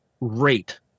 rate